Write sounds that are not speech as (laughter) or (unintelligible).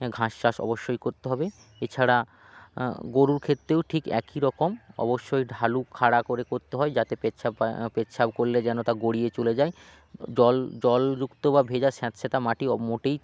ঘাস চাষ অবশ্যই করতে হবে এছাড়া গরুর ক্ষেত্রেও ঠিক একই রকম অবশ্যই ঢালু খাড়া করে করতে হয় যাতে পেচ্ছাপ (unintelligible) পেচ্ছাপ করলে যেন তা গড়িয়ে চলে যায় জল জলযুক্ত বা ভেজা স্যাঁতসেঁতে মাটি মোটেই